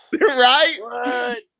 Right